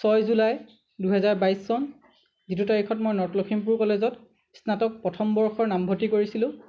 ছয় জুলাই দুহেজাৰ বাইছ চন যিটো তাৰিখত মই নৰ্থ লখিমপুৰ কলেজত স্নাতক প্ৰথম বৰ্ষৰ নামভৰ্তি কৰিছিলোঁ